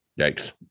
Yikes